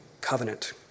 covenant